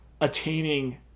attaining